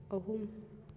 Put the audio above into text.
ꯑꯍꯨꯝ